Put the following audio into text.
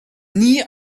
nie